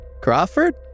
Crawford